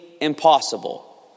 impossible